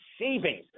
savings